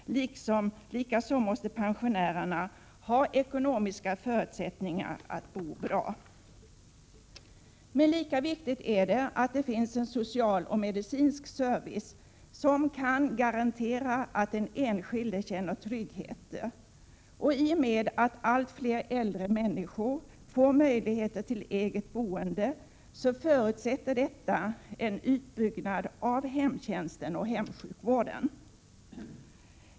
Likaså måste pensionärerna ha ekonomiska förutsättningar att bo bra. Men lika viktigt är att det finns en social och medicinsk service som kan garantera att den enskilde känner trygghet. Att allt fler äldre människor får möjlighet till eget boende förutsätter en utbyggnad av hemtjänsten och hemsjukvården.